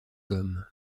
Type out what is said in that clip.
gomme